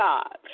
God